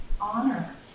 honor